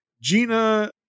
gina